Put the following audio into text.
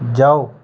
ਜਾਓ